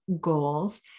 goals